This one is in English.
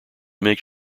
make